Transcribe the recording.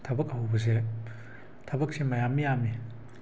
ꯊꯕꯛ ꯍꯧꯕꯁꯦ ꯊꯕꯛꯁꯦ ꯃꯌꯥꯝ ꯌꯥꯝꯃꯤ